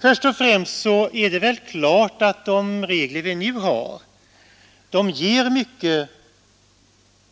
Först och främst är det väl klart att de regler vi nu har ger mycket